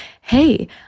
hey